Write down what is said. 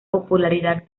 popularidad